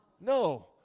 No